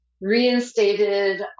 reinstated